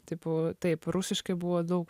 tipo taip rusiškai buvo daug